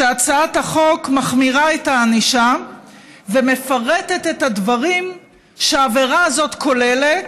הצעת החוק מחמירה את הענישה ומפרטת את הדברים שהעבירה הזאת כוללת.